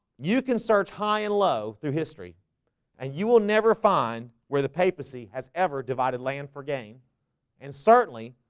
you can search high and low through history and you will never find where the papacy has ever divided land for gain and certainly,